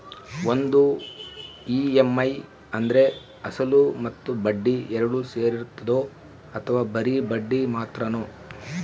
ಒಂದು ಇ.ಎಮ್.ಐ ಅಂದ್ರೆ ಅಸಲು ಮತ್ತೆ ಬಡ್ಡಿ ಎರಡು ಸೇರಿರ್ತದೋ ಅಥವಾ ಬರಿ ಬಡ್ಡಿ ಮಾತ್ರನೋ?